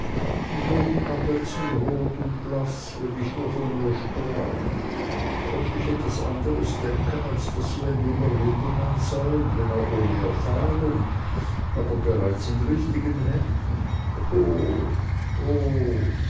und wurden abwechselnd rot und blaß wenn ich nur von ihr sprach konnte ich etwas anderes denken als daß sie ein junger lebemann seien wenn auch ohne erfahrung aber bereits in richtigen händen